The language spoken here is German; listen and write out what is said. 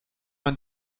man